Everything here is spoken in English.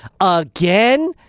again